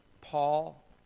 Paul